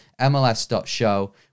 mls.show